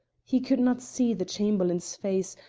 he could not see the chamberlain's face,